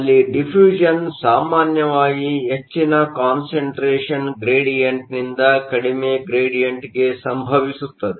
ಅಲ್ಲಿ ಡಿಫ್ಯುಸನ್Diffusion ಸಾಮಾನ್ಯವಾಗಿ ಹೆಚ್ಚಿನ ಕಾನ್ಸಂಟ್ರೇಷನ್ ಗ್ರೇಡಿಯಂಟ್Concentration Gradientನಿಂದ ಕಡಿಮೆ ಗ್ರೇಡಿಯಂಟ್ಗೆ ಸಂಭವಿಸುತ್ತದೆ